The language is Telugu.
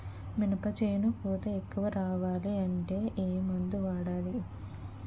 మినప చేను పూత ఎక్కువ రావాలి అంటే ఏమందు వాడాలి?